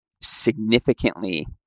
significantly